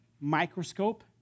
microscope